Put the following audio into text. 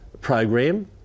program